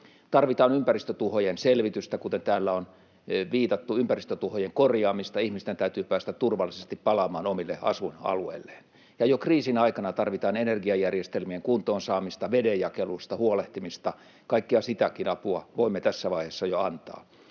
Tarvitaan ympäristötuhojen selvitystä, kuten täällä on viitattu, ympäristötuhojen korjaamista. Ihmisten täytyy päästä turvallisesti palaamaan omille asuinalueilleen. Jo kriisin aikana tarvitaan energiajärjestelmien kuntoon saamista, vedenjakelusta huolehtimista — kaikkea sitäkin apua voimme jo tässä vaiheessa antaa.